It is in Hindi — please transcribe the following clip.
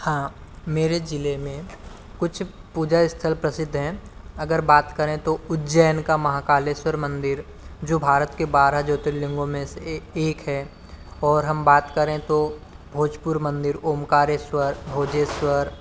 हाँ मेरे ज़ईले में कुछ पूजा स्थल प्रसिद्ध हैं अगर बात करें तो उज्जैन का महाकालेश्वर मंदिर जो भारत के बारह ज्योतिर्लिंगों में से एक है और हम बात करें तो भोजपुर मंदिर ओमकारेश्वर भोजेश्वर